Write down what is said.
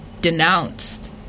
denounced